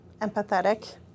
empathetic